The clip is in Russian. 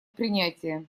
принятие